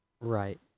Right